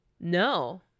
No